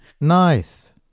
Nice